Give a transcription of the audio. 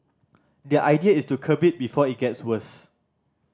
the idea is to curb it before it gets worse